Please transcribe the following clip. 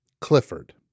Clifford